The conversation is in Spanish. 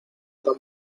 tan